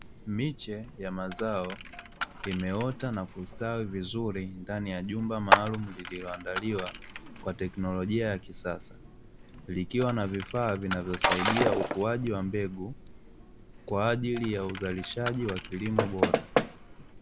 Miche ya mazao imeota na kustawi vizuri ndani ya jumba maalumu lililoandaliwa kwa teknolojia ya kisasa. Likiwa na vifaa vinavyosaidia ukuaji wa mbegu, kwa ajili ya uzalishaji wa kilimo bora.